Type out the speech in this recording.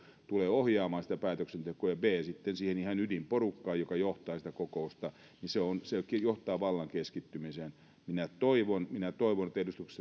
ohjaamaan sitä päätöksentekoa ja b siihen ihan ydinporukkaan joka johtaa sitä kokousta se johtaa vallan keskittymiseen minä toivon minä toivon että